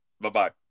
Bye-bye